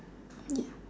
ya